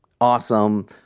awesome